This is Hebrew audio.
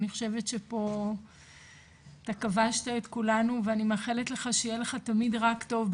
אני חושבת שפה אתה כבשת את כולנו ואני מאחלת לך שיהיה לך תמיד רק טוב,